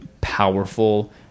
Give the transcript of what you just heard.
powerful